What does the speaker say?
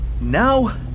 Now